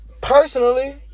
Personally